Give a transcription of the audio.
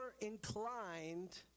inclined